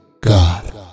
God